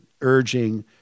urging